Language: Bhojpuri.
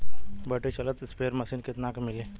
बैटरी चलत स्प्रेयर मशीन कितना क मिली?